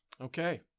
okay